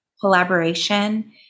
collaboration